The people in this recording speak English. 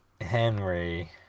Henry